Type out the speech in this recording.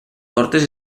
portes